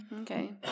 Okay